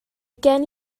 gen